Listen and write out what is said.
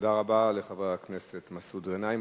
תודה רבה לחבר הכנסת מסעוד גנאים.